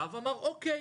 בא ואומר אוקיי,